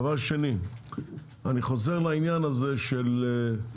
דבר שני, אני חוזר לעניין הזה של, אני,